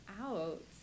out